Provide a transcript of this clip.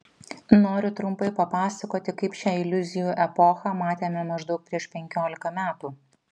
noriu trumpai papasakoti kaip šią iliuzijų epochą matėme maždaug prieš penkiolika metų